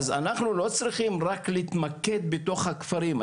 אז אנחנו לא צריכים להתמקד רק בתוך הכפרים,